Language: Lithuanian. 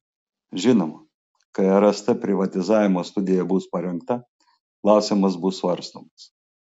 žinoma kai rst privatizavimo studija bus parengta klausimas bus svarstomas